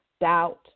doubt